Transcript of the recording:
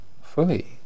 fully